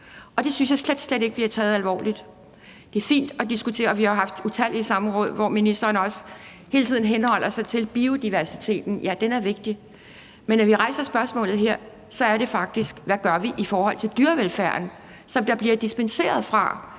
det synes jeg slet, slet ikke bliver taget alvorligt. Det er fint at diskutere det, og vi har haft utallige samråd, hvor ministeren også hele tiden henholder sig til biodiversiteten – ja, den er vigtig. Men når vi rejser spørgsmålet her, er det faktisk for at høre, hvad vi gør i forhold til dyrevelfærden, som der bliver dispenseret fra,